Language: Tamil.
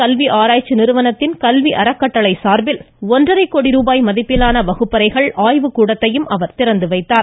கல்வி அராய்ச்சி நிறுவனத்தின் கல்வி அறக்கட்டளை சார்பில் ஒன்றரை கோடி ருபாய் மதிப்பிலான வகுப்பறைகள் ஆய்வுக் கூடத்தையும் முதலமைச்சர் திறந்து வைத்துள்ளார்